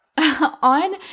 on